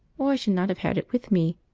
or i should not have had it with me.